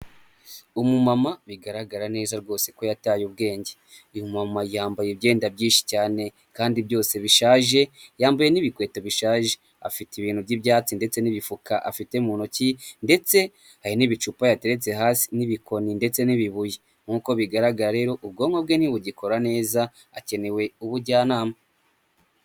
Umumama bigaragara neza rwose ko yataye ubwenge, uyu mumama yambaye imyenda byinshi cyane kandi byose bishaje, yambaye n'ibikweto bishaje, afite ibintu by'ibyatsi ndetse n'imifuka afite mu ntoki ndetse hari n'ibicupa yateretse hasi n'ibikoni ndetse n'ibibuye. Nk'uko bigaragara rero ubwonko bwe ntibugikora neza, hakenewe ubujyanama.